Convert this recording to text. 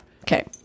Okay